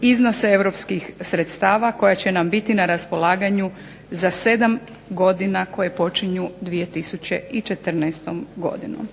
iznose europskih sredstava koja će nam biti na raspolaganju za 7 godina koje počinju 2014. godinom.